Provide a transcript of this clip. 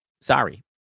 Sorry